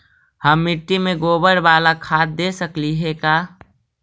हम मिट्टी में गोबर बाला खाद दे सकली हे का?